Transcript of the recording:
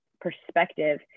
perspective